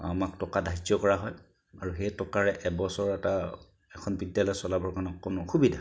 আমাক টকা ধাৰ্য্য কৰা হয় আৰু সেই টকাৰে এবছৰ এটা এখন বিদ্যালয় চলাবৰ কাৰণে অকণ অসুবিধা